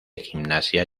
gimnasia